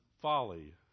folly